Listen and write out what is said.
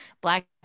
black